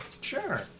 Sure